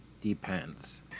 depends